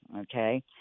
okay